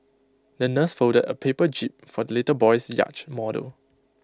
the nurse folded A paper jib for the little boy's yacht model